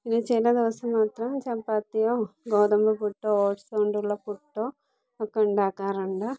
പിന്നെ ചില ദിവസം മാത്രം ചപ്പാത്തിയോ ഗോതമ്പ് പുട്ടോ ഓട്സ് കൊണ്ടുള്ള പുട്ടോ ഒക്കെ ഉണ്ടാക്കാറുണ്ട്